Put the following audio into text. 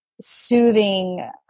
soothing